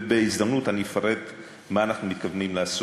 ובהזדמנות אני אפרט מה אנחנו מתכוונים לעשות.